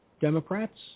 Democrats